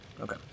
Okay